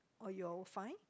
or you're fine